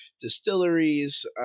distilleries